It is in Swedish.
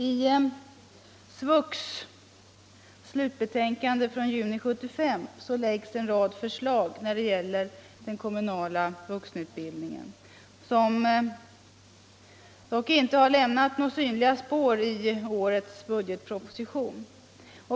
I SVUX slutbetänkande från juni 1975 läggs när det gäller den kommunala vuxenutbildningen en rad förslag, som dock inte har lämnat några synliga spår i årets budgetproposition.